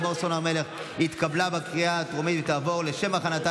לימור סון הר מלך התקבלה בקריאה הטרומית ותעבור לשם הכנתה